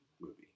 movie